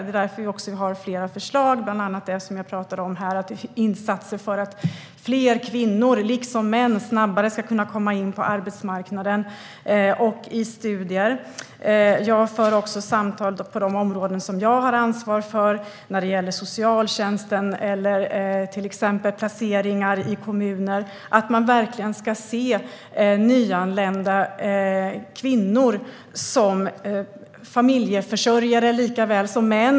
Det är därför vi har flera förslag, bland annat det jag talade om här, till insatser för att fler kvinnor liksom män snabbare ska kunna komma in på arbetsmarknaden och i studier. Jag för också samtal på de områden jag har ansvar för, när det gäller socialtjänsten eller till exempel placeringar i kommuner, om att man verkligen ska se nyanlända kvinnor som familjeförsörjare lika väl som män.